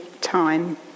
time